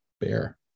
Bear